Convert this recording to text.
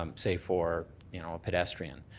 um say for you know a pedestrian,